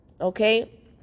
Okay